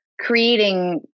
creating